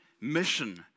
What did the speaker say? mission